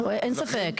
אין ספק,